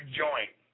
joint